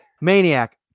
Maniac